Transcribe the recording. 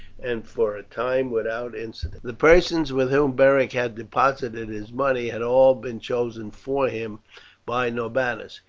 and for a time without incident. the persons with whom beric had deposited his money had all been chosen for him by norbanus.